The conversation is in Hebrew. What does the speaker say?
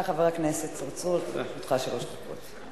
בבקשה, חבר הכנסת צרצור, לרשותך שלוש דקות.